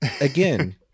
again